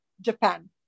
Japan